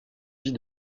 vit